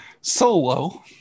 Solo